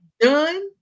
done